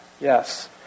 Yes